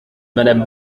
madame